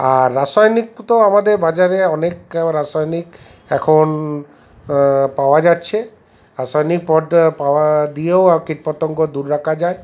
আর রাসায়নিক তো আমাদের বাজারে অনেক রাসায়নিক এখন পাওয়া যাচ্ছে রাসায়নিক পাওয়া দিয়েও কীটপতঙ্গ দূর রাখা যায়